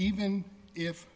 even if